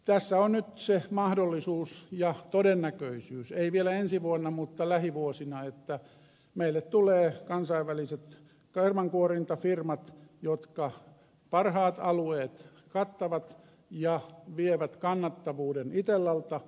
tässä on nyt se mahdollisuus ja todennäköisyys ei vielä ensi vuonna mutta lähivuosina että meille tulee kansainväliset kermankuorintafirmat jotka parhaat alueet kattavat ja vievät kannattavuuden itellalta